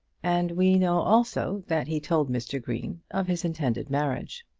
and we know also that he told mr. green of his intended marriage.